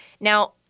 Now